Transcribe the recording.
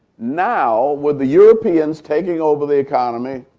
now with the europeans taking over the economy